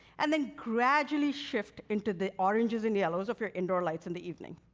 and then gradually shift into the oranges and yellows of your indoor lights in the evening.